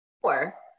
four